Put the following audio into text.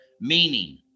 meaning